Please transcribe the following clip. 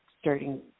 starting